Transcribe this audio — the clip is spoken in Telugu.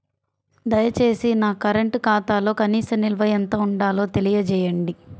దయచేసి నా కరెంటు ఖాతాలో కనీస నిల్వ ఎంత ఉండాలో తెలియజేయండి